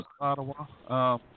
Ottawa